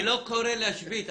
אני לא קורא להשבית,